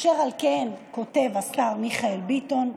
אשר על כן, כותב השר מיכאל ביטון,